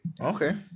Okay